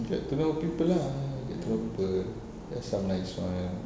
you get to know people lah get to know people there's some nice one